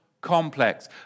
complex